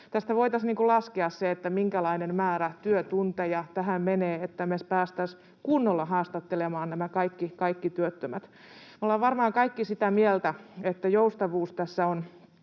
Tästä voitaisiin laskea se, minkälainen määrä työtunteja tähän menee, että me päästäisiin kunnolla haastattelemaan nämä kaikki työttömät. Me ollaan varmaan kaikki sitä mieltä, että joustavuus tässä